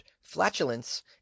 flatulence